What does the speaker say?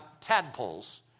tadpoles